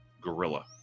gorilla